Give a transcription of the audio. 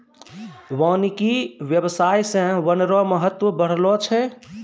वानिकी व्याबसाय से वन रो महत्व बढ़लो छै